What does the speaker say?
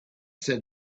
said